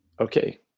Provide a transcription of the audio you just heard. okay